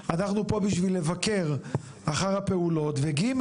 אנחנו פה בשביל לבקר אחר הפעולות וג',